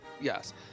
Yes